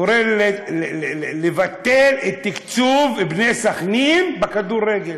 הוא קורא לבטל את תקצוב "בני סח'נין" בכדורגל.